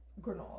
Granola